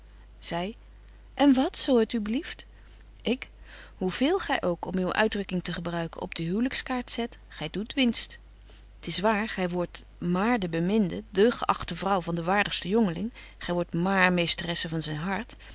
zy en wat zo het u blieft ik hoe veel gy ook om uwe uitdrukking te gebruiken op de huwlyks kaart zet gy doet winst t is waar gy wordt maar de beminde de geachte vrouw van den waardigsten jongeling gy wordt maar meestresse van zyn hart